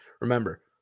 remember